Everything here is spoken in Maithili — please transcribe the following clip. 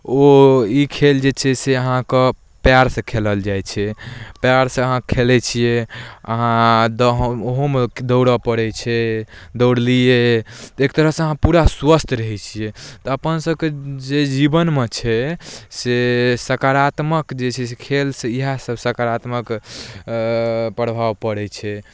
ओ ई खेल जे छै से अहाँके पायरसँ खेलल जाइ छै पयरसँ अहाँ खेलै छियै अहाँ ओहोमे दौड़ऽ पड़ै छै दौड़लियै तऽ एक तरहसँ अहाँ पूरा स्वस्थ रहै छियै तऽ अपन सबके जे जीवनमे छै से सकारात्मक जे छै से खेलसँ इएह सब सकारात्मक प्रभाव पड़ै छै